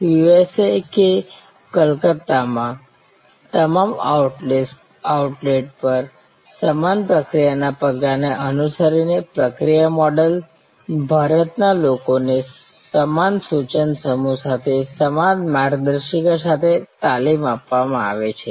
USA કે કલકત્તામાં તમામ આઉટલેટ્સ પર સમાન પ્રક્રિયાના પગલાંને અનુસરીને પ્રક્રિયા મોડેલ ભારતના લોકોને સમાન સૂચના સમૂહ સાથે સમાન માર્ગદર્શિકા સાથે તાલીમ આપવામાં આવે છે